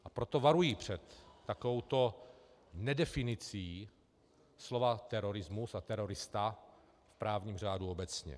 A proto varuji před takovouto nedefinicí slova terorismus a terorista v právním řádu obecně.